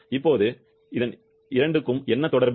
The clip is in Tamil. இப்போது இருவருக்கும் என்ன தொடர்பு